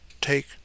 Take